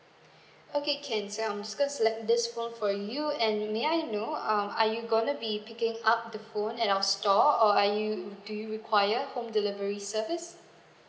okay can so I'm just going to select this phone for you and may I know um are you gonna be picking up the phone at our store or are you do you require home delivery service